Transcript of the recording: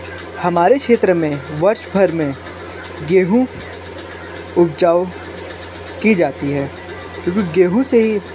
हमारे क्षेत्र में वर्ष भर में गेँहू उपजाऊ की जाती है क्योंकि गेँहू से ही